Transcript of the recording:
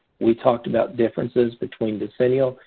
we talked about differences between decennial.